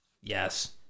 yes